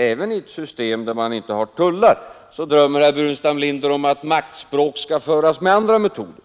Även i ett system där man inte har tullar drömmer herr Burenstam Linder om att maktspråk skall föras, men med andra metoder